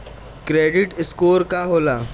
Credit score का होला?